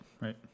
right